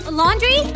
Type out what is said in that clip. laundry